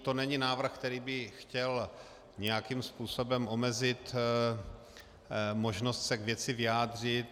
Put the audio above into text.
To není návrh, který by chtěl nějakým způsobem omezit možnost se k věci vyjádřit.